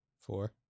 four